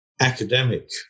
academic